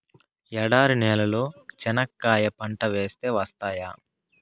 ఎడారి నేలలో చెనక్కాయ పంట వేస్తే వస్తాయా?